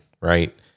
Right